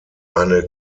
eine